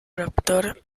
raptor